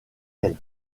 elle